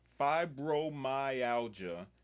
fibromyalgia